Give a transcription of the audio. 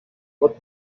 what